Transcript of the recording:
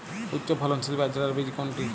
উচ্চফলনশীল বাজরার বীজ কোনটি?